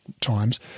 times